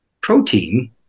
protein